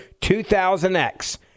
2000X